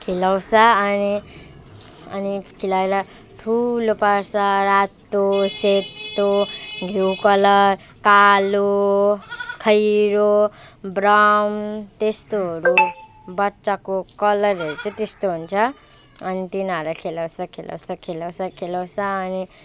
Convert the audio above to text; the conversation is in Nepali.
खुवाउँछ अनि अनि खुवाएर ठुलो पार्छ रातो सेतो घिउ कलर कालो खैरो ब्राउन त्यस्तोहरू बच्चाको कलरहरू चाहिँ त्यस्तो हुन्छ अनि तिनीहरूलाई खुवाउँछ खुवाउँछ खुवाउँछ खुवाउँछ अनि